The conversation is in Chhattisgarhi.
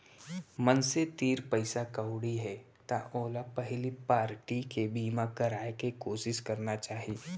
मनसे तीर पइसा कउड़ी हे त ओला पहिली पारटी के बीमा कराय के कोसिस करना चाही